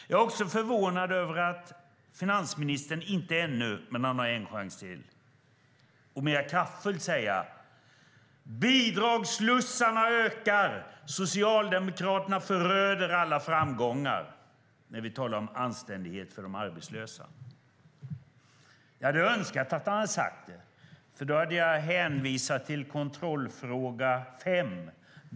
Jag är också förvånad över att finansministern ännu inte - men han har en chans till - mer kraftfullt har sagt: Bidragsslussarna ökar! Socialdemokraterna föröder alla framgångar, när vi talar om anständighet för de arbetslösa. Jag hade önskat att han hade sagt det, för då hade jag hänvisat till kontrollfråga fem.